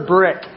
Brick